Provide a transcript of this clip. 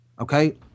Okay